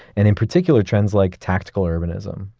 and in particular trends like tactical urbanism,